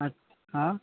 अच हाँ